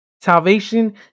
Salvation